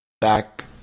back